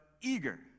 eager